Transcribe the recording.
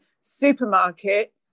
supermarket